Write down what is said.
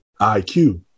IQ